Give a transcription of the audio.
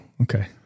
Okay